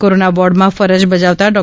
corona વૉર્ડમાં ફરજ બજાવતાં ડૉ